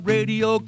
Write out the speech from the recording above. Radio